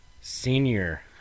Senior